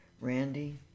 Randy